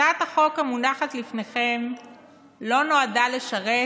הצעת החוק המונחת לפניכם לא נועדה לשרת